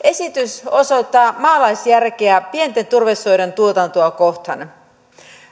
esitys osoittaa maalaisjärkeä pienten turvesoiden tuotantoa kohtaan